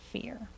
fear